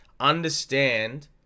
understand